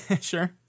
Sure